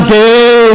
day